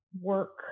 work